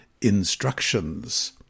instructions